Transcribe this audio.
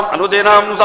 Anudinam